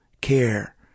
care